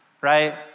Right